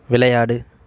விளையாடு